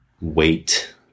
wait